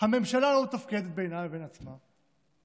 הממשלה לא מתפקדת בינה לבין עצמה.